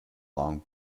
long